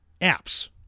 apps